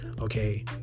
Okay